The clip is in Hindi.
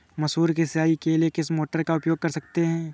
मसूर की सिंचाई के लिए किस मोटर का उपयोग कर सकते हैं?